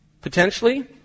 Potentially